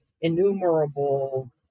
innumerable